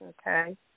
Okay